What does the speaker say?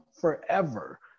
forever